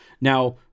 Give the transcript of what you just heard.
Now